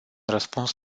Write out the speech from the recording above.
răspuns